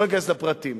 לא אכנס לפרטים.